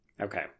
Okay